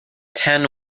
ten